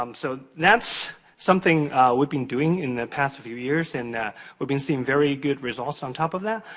um so, that's something we've been doing in the past few years, and we've been seeing very good results on top of that.